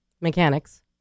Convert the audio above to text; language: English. mechanics